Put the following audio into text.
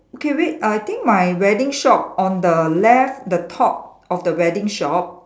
okay wait I think my wedding shop on the left the top of the wedding shop